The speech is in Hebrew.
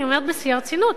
אני אומרת בשיא הרצינות.